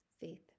Faith